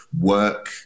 work